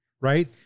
Right